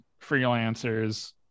freelancers